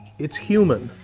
it's human.